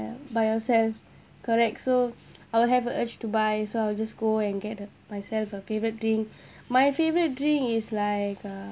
by yourself correct so I will have urge to buy so I will just go and get a myself a favorite drink my favorite drink is like uh